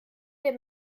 der